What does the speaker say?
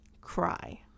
Cry